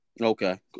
Okay